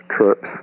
trips